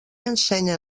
ensenya